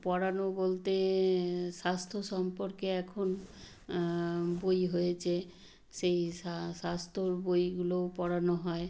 পড়ানো বলতে স্বাস্থ্য সম্পর্কে এখন বই হয়েছে সেই স্বাস্থ্যর বইগুলোও পড়ানো হয়